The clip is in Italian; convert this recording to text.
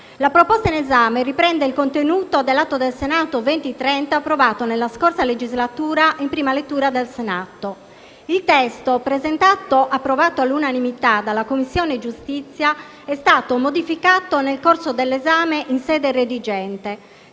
La proposta in esame riprende il contenuto dell'atto del Senato 2030 approvato nella scorsa legislatura in prima lettura dal Senato. Il testo, approvato all'unanimità dalla Commissione giustizia, è stato modificato nel corso dell'esame in sede redigente,